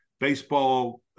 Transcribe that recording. baseball